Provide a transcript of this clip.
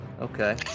Okay